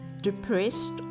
depressed